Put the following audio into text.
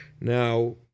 Now